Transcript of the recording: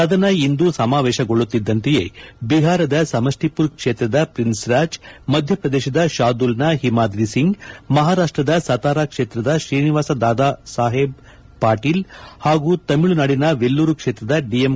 ಸದನ ಇಂದು ಸಮಾವೇಶಗೊಳ್ಳುತ್ತಿದ್ಲಂತೆಯೇ ಬಿಹಾರದ ಸಮಷ್ಟಿಪುರ್ ಕ್ಷೇತ್ರ ಪ್ರಿನ್ತ್ ರಾಜ್ ಮಧ್ಯಪ್ರದೇಶದ ಶಾದೂಲ್ನ ಹಿಮಾದ್ರಿ ಸಿಂಗ್ ಮಹಾರಾಷ್ಟದ ಸತಾರಾ ಕ್ಷೇತ್ರದ ತ್ರೀನಿವಾಸ ದಾದಾ ಸಾಹೇಬ್ ಪಾಟೀಲ್ ಹಾಗೂ ತಮಿಳುನಾಡಿನ ವೆಲ್ಕೂರು ಕ್ಷೇತ್ರದ ಡಿಎಂ